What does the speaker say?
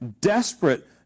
desperate